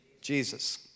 Jesus